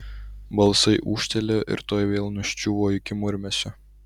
balsai ūžtelėjo ir tuoj vėl nuščiuvo iki murmesio